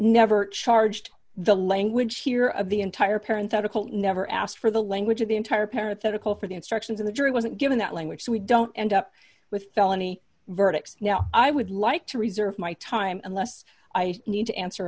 never charged the language here of the entire parent article never asked for the language of the entire parasitical for the instruction to the jury wasn't given that language so we don't end up with felony verdicts you know i would like to reserve my time unless i need to answer